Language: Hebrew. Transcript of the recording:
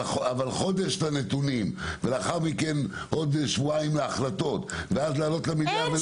אבל חודש לנתונים ולאחר מכן עוד שבועיים להחלטות ואז לעלות למליאה.